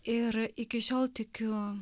ir iki šiol tikiu